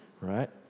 right